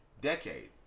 decade